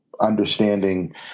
understanding